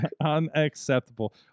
Unacceptable